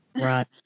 Right